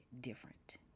different